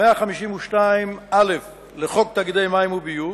המפות האלה של התעשייה, התיירות, החקלאות,